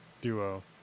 duo